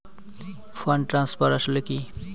Fund transfer আসলে কী?